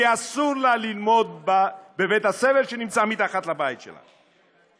כי אסור לה ללמוד בבית הספר שנמצא מתחת לבית שלה.